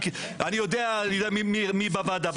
אני יודע מי בוועדה.